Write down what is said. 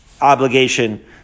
obligation